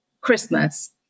Christmas